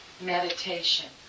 meditation